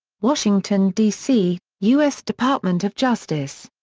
washington, dc u s. department of justice.